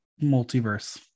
multiverse